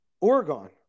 Oregon